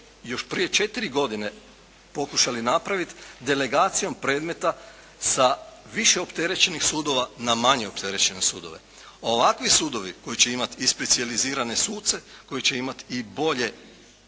još prije četiri godine pokušali napravit delegacijom predmeta sa više opterećenih sudova na manje opterećene sudove. Ovakvi sudovi koji će imati i specijalizirane suce, koji će imat i bolje